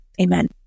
Amen